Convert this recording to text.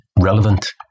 relevant